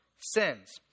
sins